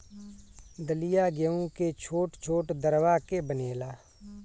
दलिया गेंहू के छोट छोट दरवा के बनेला